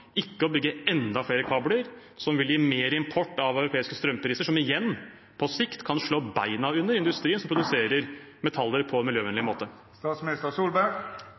vil gi mer import av europeiske strømpriser, noe som igjen på sikt kan slå beina under industrien som produserer metaller på en miljøvennlig måte.